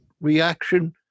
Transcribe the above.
reaction